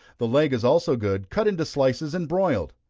the leg is also good, cut into slices and broiled.